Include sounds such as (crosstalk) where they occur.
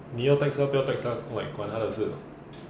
你要 text 他不要 text 他 like 管他的事 (noise)